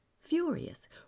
furious